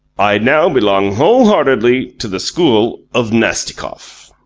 i now belong whole-heartedly to the school of nastikoff.